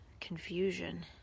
confusion